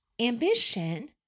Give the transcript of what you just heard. ambition